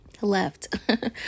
left